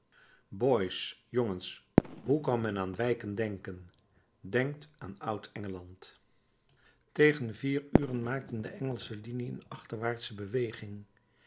boys jongens hoe kan men aan wijken denken denkt aan oud-engeland tegen vier uren maakte de engelsche linie een achterwaartsche beweging